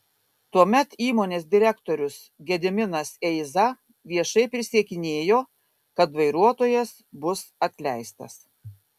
tuomet įmonės direktorius gediminas eiza viešai prisiekinėjo kad vairuotojas bus atleistas